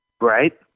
Right